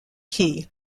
key